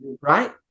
right